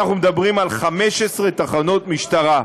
ואנחנו מדברים על 15 תחנות משטרה.